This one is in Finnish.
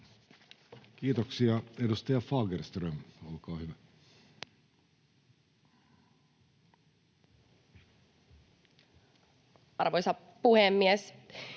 Kiitoksia. — Edustaja Fagerström, olkaa hyvä. Arvoisa puhemies!